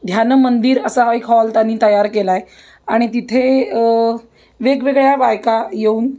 ध्यानमंदिर असा एक हॉल त्यांनी तयार केला आहे आणि तिथे वेगवेगळ्या बायका येऊन